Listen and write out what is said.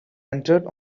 entered